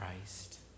Christ